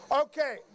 Okay